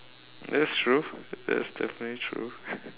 that's true that's definitely true